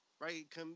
right